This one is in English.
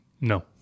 No